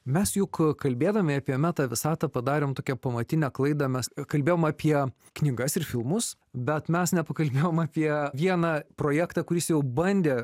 mes juk kalbėdami apie meta visatą padarėm tokią pamatinę klaidą mes kalbėjom apie knygas ir filmus bet mes nepakalbėjom apie vieną projektą kuris jau bandė